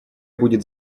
будет